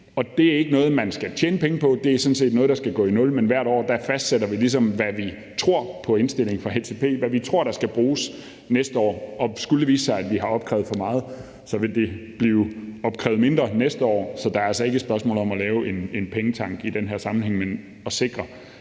Det er ikke noget, man skal tjene penge på; det er sådan set noget, der skal gå i nul. Men hvert år fastsætter vi, hvad vi ligesom i forhold til indstillingen fra ATP tror der skal bruges næste år. Og skulle det vise sig, at vi har opkrævet for meget, vil det blive opkrævet mindre næste år. Så det altså ikke et spørgsmål om at lave en pengetank i den her sammenhæng, men om at sikre,